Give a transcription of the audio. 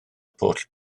pwll